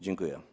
Dziękuję.